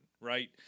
right